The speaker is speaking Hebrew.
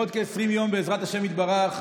בעוד כ-20 יום, בעזרת השם יתברך,